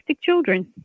children